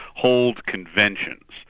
hold conventions,